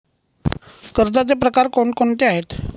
कर्जाचे प्रकार कोणकोणते आहेत?